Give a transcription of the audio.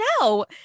No